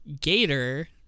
Gator